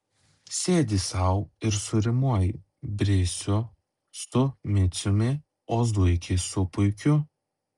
sėdi sau ir surimuoji brisių su miciumi o zuikį su puikiu